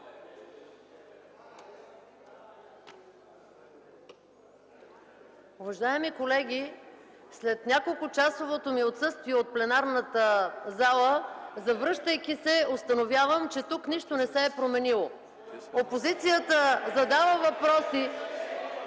Уважаеми колеги, след неколкочасовото ми отсъствие от пленарната зала, завръщайки се установявам, че тук нищо не се е променило. (Реплики и възгласи